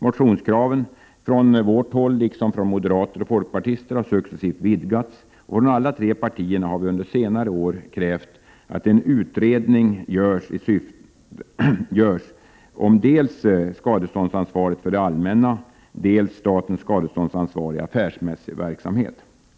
Motionskraven från vårt håll — liksom från moderater och folkpartister — har successivt vidgats. Från alla tre partierna har det under senare år krävts att en utredning skall göras om dels skadeståndsansvaret för det allmänna, dels statens skadeståndsansvar i affärsmässig verksamhet.